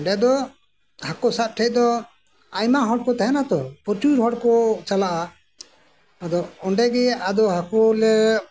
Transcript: ᱚᱰᱮ ᱫᱚ ᱦᱟᱹᱠᱩ ᱥᱟᱵ ᱴᱷᱮᱡ ᱫᱚ ᱟᱭᱢᱟ ᱦᱚᱲ ᱠᱚ ᱛᱟᱸᱦᱮᱱᱟᱛᱚ ᱯᱨᱚᱪᱩᱨ ᱦᱚᱲ ᱠᱚ ᱪᱟᱞᱟᱜᱼᱟ ᱟᱫᱚ ᱚᱸᱰᱮ ᱜᱮ ᱟᱫᱚ ᱦᱟᱹᱠᱩ ᱞᱮ